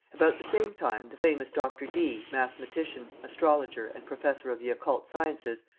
about the same time the famous dr. dee, mathematician, astrologer, and professor of the occult sciences,